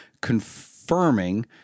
confirming